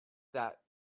that